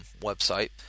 website